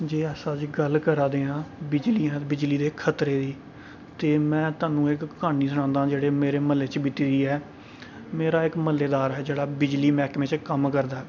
जे अस अज्ज गल्ल करा दे आं बिजली दे खतरे दी ते में तुहानू इक क्हानी सनांदा जेह्ड़े मेरे म्हल्ले च बीती दी ऐ मेरा इक म्हल्लेदारजेह्ड़ा बिजली मैह्कमे च कम्म करदा हा